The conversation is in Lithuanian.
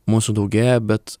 mūsų daugėja bet